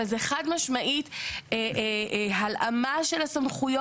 אבל זה חד משמעית הלאמה של הסמכויות.